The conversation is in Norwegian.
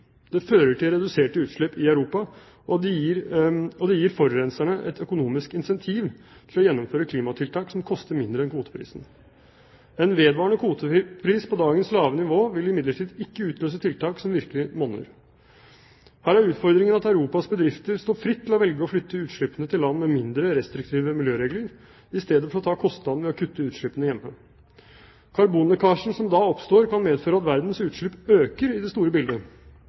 Det fører til reduserte utslipp i Europa, og det gir forurenserne et økonomisk incentiv til å gjennomføre klimatiltak som koster mindre enn kvoteprisen. En vedvarende kvotepris på dagens lave nivå vil imidlertid ikke utløse tiltak som virkelig monner. Her er utfordringen at Europas bedrifter står fritt til å velge å flytte utslippene til land med mindre restriktive miljøregler i stedet for å ta kostnaden ved å kutte utslippene hjemme. Karbonlekkasjen som da oppstår, kan medføre at verdens utslipp øker i det store bildet,